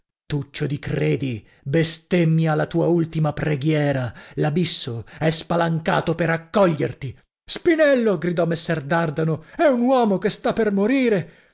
tuccio di credi bestemmia la tua ultima preghiera l'abisso è spalancato per accoglierti spinello gridò messer dardano è un uomo che sta per morire